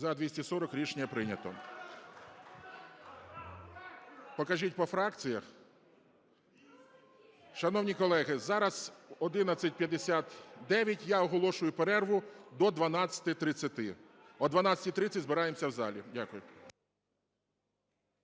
За-240 Рішення прийнято. Покажіть по фракціях. Шановні колеги, зараз 11:59, я оголошую перерву до 12:30. О 12:30 збираємося в залі. Дякую.